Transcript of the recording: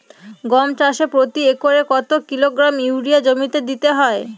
গম চাষে প্রতি একরে কত কিলোগ্রাম ইউরিয়া জমিতে দিতে হয়?